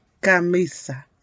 camisa